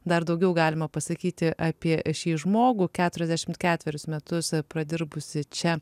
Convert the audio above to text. dar daugiau galima pasakyti apie šį žmogų keturiasdešimt ketverius metus pradirbusį čia